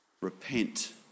Repent